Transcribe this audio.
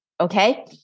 Okay